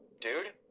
dude